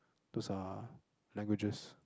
those are languages